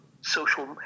social